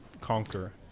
conquer